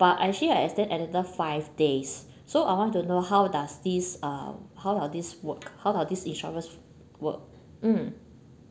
but I actually have extend another five days so I want to know how does this uh how are this work how does this insurance work mm